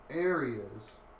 areas